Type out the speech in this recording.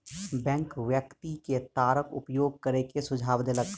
bank व्यक्ति के तारक उपयोग करै के सुझाव देलक